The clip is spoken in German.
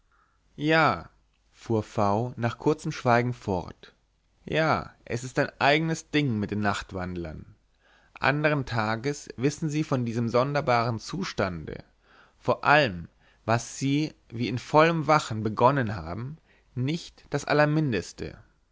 ja fuhr v nach kurzem schweigen fort ja es ist ein eignes ding mit den nachtwandlern andern tages wissen sie von diesem sonderbaren zustande von allem was sie wie in vollem wachen begonnen haben nicht das